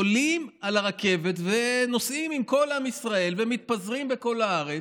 עולים על הרכבת ונוסעים עם כל עם ישראל ומתפזרים בכל הארץ.